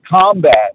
combat